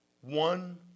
one